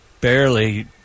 barely